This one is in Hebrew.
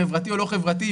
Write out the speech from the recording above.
חברתי או לא חברתי,